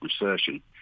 Recession